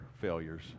failures